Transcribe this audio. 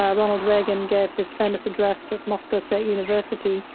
ah ronald reagan gave his famous address at moscow state university,